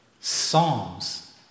Psalms